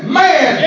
man